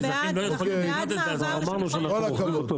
עם כל הכבוד.